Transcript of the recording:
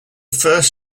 first